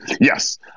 Yes